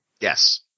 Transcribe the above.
Yes